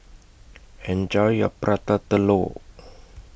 Enjoy your Prata Telur